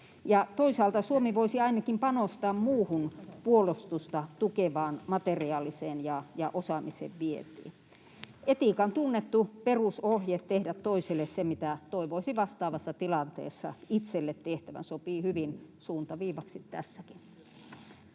Toisaalta Suomi voisi ainakin panostaa muuhun puolustusta tukevaan materiaaliseen ja osaamisen vietiin. Etiikan tunnettu perusohje tehdä toiselle se, mitä toivoisi vastaavassa tilanteessa itselle tehtävän, sopii hyvin suuntaviivaksi tässäkin.